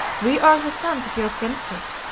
we are the sons of your princes,